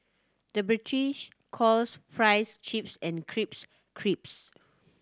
the British calls fries chips and crisps crisps